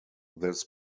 this